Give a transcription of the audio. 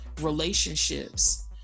relationships